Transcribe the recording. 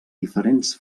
diferents